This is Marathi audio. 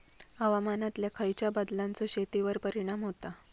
हवामानातल्या खयच्या बदलांचो शेतीवर परिणाम होता?